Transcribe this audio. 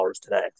today